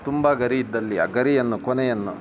ತುಂಬ ಗರಿ ಇದ್ದಲ್ಲಿ ಆ ಗರಿಯನ್ನು ಕೊನೆಯನ್ನು